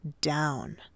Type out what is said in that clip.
down